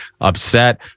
upset